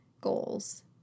goals